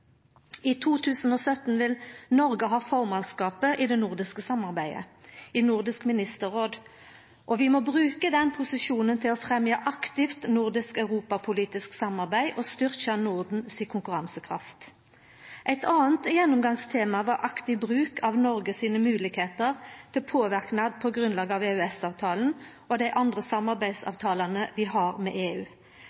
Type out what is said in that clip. I 2017 vil Noreg ha formannskapen i det nordiske samarbeidet, i Nordisk ministerråd. Vi må bruka den posisjonen til aktivt å fremja eit nordisk europapolitisk samarbeid og styrkja Norden si konkurransekraft. Eit anna gjennomgangstema var aktiv bruk av Noregs moglegheiter til påverknad på grunnlag av EØS-avtalen og dei andre